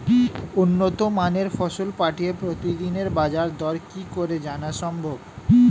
উন্নত মানের ফসল পাঠিয়ে প্রতিদিনের বাজার দর কি করে জানা সম্ভব?